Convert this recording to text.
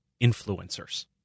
influencers